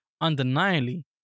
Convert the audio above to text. undeniably